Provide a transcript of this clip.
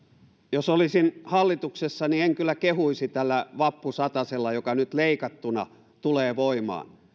jos olisin hallituksessa niin en kyllä kehuisi tällä vappusatasella joka nyt leikattuna tulee voimaan